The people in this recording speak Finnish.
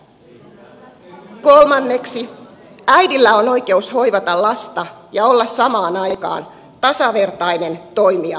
kolmanneksi äidillä on oikeus hoivata lasta ja olla samaan aikaan tasavertainen toimija työelämässä